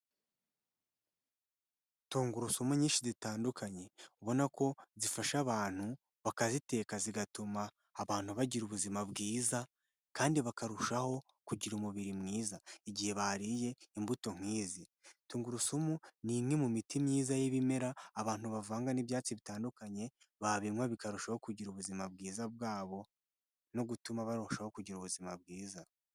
Tungurusumu nyinshi zitandukanye, ubona ko zifasha abantu bakaziteka zigatuma abantu bagira ubuzima bwiza, kandi bakarushaho kugira umubiri mwiza igihe bariye imbuto nk'izi, tungurusumu ni imwe mu miti myiza y'ibimera abantu bavanga n'ibyatsi bitandukanye babinywa bikarushaho kugira ubuzima bwiza bwa bo, no gutuma barushaho kugira ubuzima bwiza.